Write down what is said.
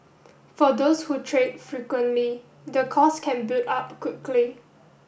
for those who trade frequently the cost can build up quickly